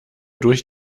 durch